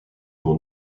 pour